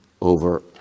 over